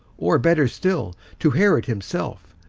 or, better still, to herod himself.